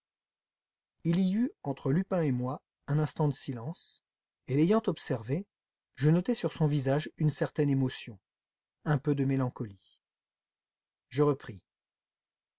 il y eut entre lupin et moi un instant de silence et l'ayant observé je notai sur son visage une certaine émotion un peu de mélancolie je repris